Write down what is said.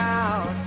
out